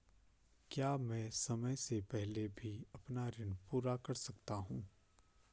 क्या मैं समय से पहले भी अपना ऋण पूरा कर सकता हूँ?